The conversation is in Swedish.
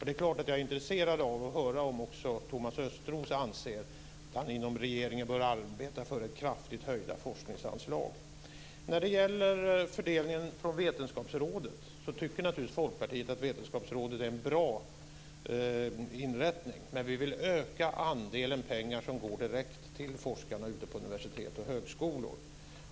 Det är klart att jag är intresserad av att höra om också Thomas Östros anser att man inom regeringen bör arbeta för kraftigt höjda forskningsanslag. När det gäller fördelningen från Vetenskapsrådet tycker naturligtvis Folkpartiet att Vetenskapsrådet är en bra inrättning. Men vi vill öka andelen pengar som går direkt till forskarna ute på universitet och högskolor.